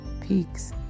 peaks